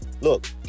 Look